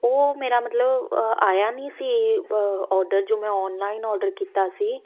ਉਹ ਮੇਰਾ ਮਤਲਬ ਅ ਆਇਆ ਨਹੀਂ ਸੀ ਔਡਰ ਜੋ ਮੈਂ ਔਨਲਾਈਨ ਔਡਰ ਕੀਤਾ ਸੀ